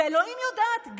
ואלוהים יודעת,